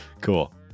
cool